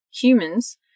humans